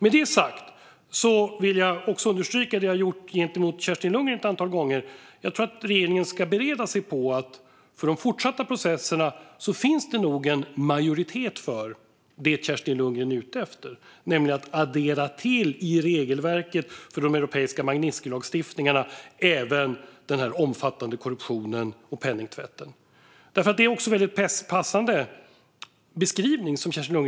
Låt mig också understryka det jag har gjort gentemot Kerstin Lundgren ett antal gånger: Jag tror att regeringen ska bereda sig på att det i de fortsatta processerna nog finns en majoritet för det Kerstin Lundgren är ute efter, vilket är att till regelverket för den europeiska Magnitskijlagstiftningen addera den omfattande korruptionen och penningtvätten. Kerstin Lundgrens beskrivning är passande.